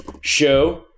show